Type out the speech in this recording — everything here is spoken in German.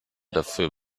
dafür